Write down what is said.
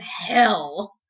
hell